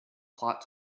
plot